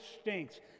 stinks